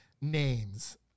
names